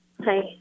Hi